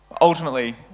Ultimately